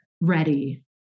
ready